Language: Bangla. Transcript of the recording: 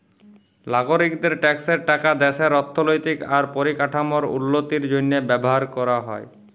লাগরিকদের ট্যাক্সের টাকা দ্যাশের অথ্থলৈতিক আর পরিকাঠামোর উল্লতির জ্যনহে ব্যাভার ক্যরা হ্যয়